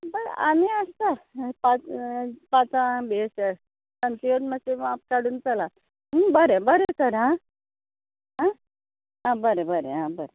हय आमी आसता पांच पांचांक बी अशे आस सांचे येवन मात्शें माप काडून चलात बरें बरें तर आं आं आं बरें बरें आं बरें